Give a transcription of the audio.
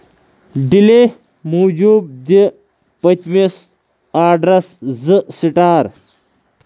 delay موٗجوٗب دِ پٔتمِس آرڈرَس زٕ سٔٹار